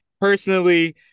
personally